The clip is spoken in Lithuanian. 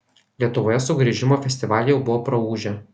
lietuvoje sugrįžimo festivaliai jau buvo praūžę